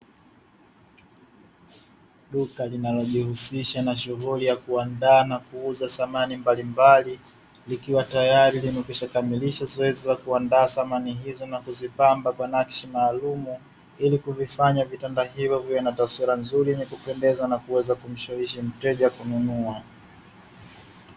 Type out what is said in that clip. Duka linalojihusisha na shughuli ya kuandaa na kuuza samani mbalimbali, likiwa tayari limekwisha kamilisha zoezi la kuandaa samani hizo na kuzipamba kwa nakshi maalumu, ilikuvifanya vitanda hivyo viwe na taswira nzuri na yenye kupendeza na kuweza kumshawishi mteja kununua.